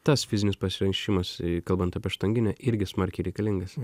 tas fizinis pasiruošimas kalbant apie štanginę irgi smarkiai reikalingas